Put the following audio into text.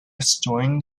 restoring